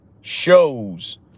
shows